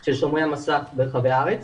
של שומרי מסך ברחבי הארץ,